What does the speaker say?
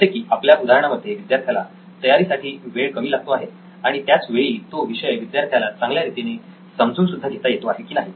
जसे की आपल्या उदाहरणामध्ये विद्यार्थ्याला तयारी साठी वेळ कमी लागतो आहे आणि त्याच वेळी तो विषय विद्यार्थ्याला चांगल्या रीतीने समजून सुद्धा घेता येतो आहे की नाही